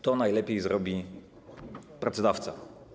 To najlepiej zrobi pracodawca.